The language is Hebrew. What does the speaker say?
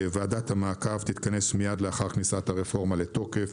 ועדת המעקב תתכנס מיד לאחר כניסת הרפורמה לתוקף.